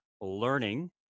learning